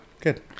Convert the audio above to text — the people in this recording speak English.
Good